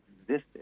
existed